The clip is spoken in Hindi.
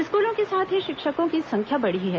स्कूलों के साथ ही शिक्षकों की संख्या बढ़ी है